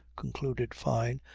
concluded fyne,